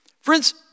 Friends